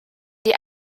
die